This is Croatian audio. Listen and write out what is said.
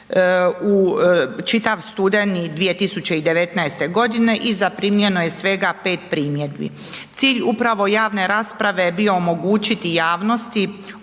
čitav studeni 2019. godine i zaprimljeno je svega pet primjedbi. Cilj upravo javne rasprave bio je omogućiti javnosti